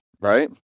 Right